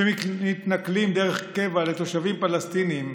שמתנכלים דרך קבע לתושבים פלסטינים,